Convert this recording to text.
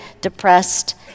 depressed